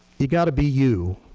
you got to be you.